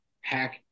hack